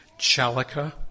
Chalaka